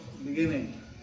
Beginning